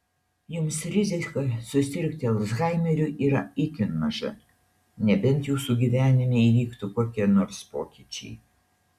jums rizika susirgti alzhaimeriu yra itin maža nebent jūsų gyvenime įvyktų kokie nors pokyčiai